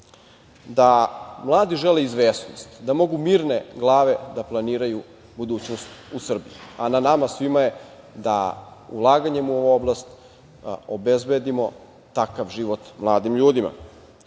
da mladi žele izvesnost, da mogu mirne glave da planiraju budućnost u Srbiji, a na nama svima je da ulaganjem u ovu oblast obezbedimo takav život mladim ljudima. Kasnije